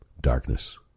darkness